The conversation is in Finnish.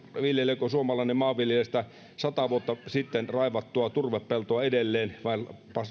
viljeleekö suomalainen maanviljelijä sitä sata vuotta sitten raivattua turvepeltoa edelleen vai